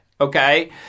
Okay